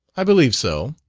i believe so.